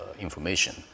information